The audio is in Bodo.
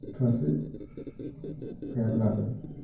थोजासे गायाब्लाबो